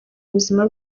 ubuzima